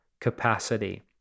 capacity